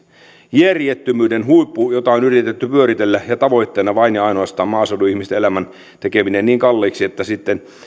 järjettömyyden huippu jota on yritetty pyöritellä tavoitteena vain ja ainoastaan maaseudun ihmisten elämän tekeminen niin kalliiksi että sitten